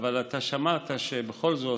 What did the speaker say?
שמעת שבכל זאת